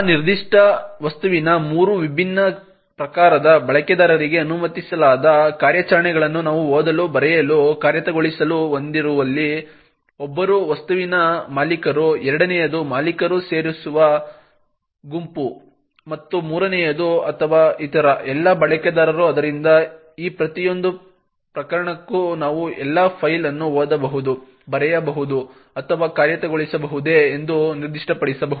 ಆ ನಿರ್ದಿಷ್ಟ ವಸ್ತುವಿನ ಮೂರು ವಿಭಿನ್ನ ಪ್ರಕಾರದ ಬಳಕೆದಾರರಿಗೆ ಅನುಮತಿಸಲಾದ ಕಾರ್ಯಾಚರಣೆಗಳನ್ನು ನಾವು ಓದಲು ಬರೆಯಲು ಕಾರ್ಯಗತಗೊಳಿಸಲು ಹೊಂದಿರುವಲ್ಲಿ ಒಬ್ಬರು ವಸ್ತುವಿನ ಮಾಲೀಕರು ಎರಡನೆಯದು ಮಾಲೀಕರು ಸೇರಿರುವ ಗುಂಪು ಮತ್ತು ಮೂರನೆಯದು ಅಥವಾ ಇತರ ಎಲ್ಲ ಬಳಕೆದಾರರು ಆದ್ದರಿಂದ ಈ ಪ್ರತಿಯೊಂದು ಪ್ರಕರಣಕ್ಕೂ ನಾವು ಫೈಲ್ ಅನ್ನು ಓದಬಹುದೇ ಬರೆಯಬಹುದೇ ಅಥವಾ ಕಾರ್ಯಗತಗೊಳಿಸಬಹುದೇ ಎಂದು ನಿರ್ದಿಷ್ಟಪಡಿಸಬಹುದು